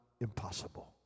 impossible